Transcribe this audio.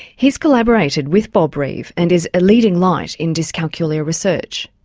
he's collaborated with bob reeve and is a leading light in dyscalculia research.